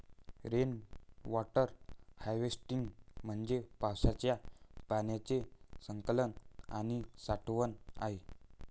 rain water harvesting म्हणजे पावसाच्या पाण्याचे संकलन आणि साठवण आहे